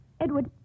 Edward